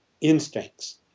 instincts